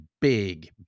big